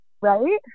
right